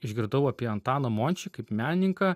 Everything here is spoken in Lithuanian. išgirdau apie antaną mončį kaip menininką